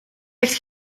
echt